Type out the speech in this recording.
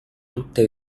tutte